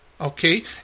Okay